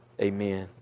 Amen